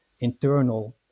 internal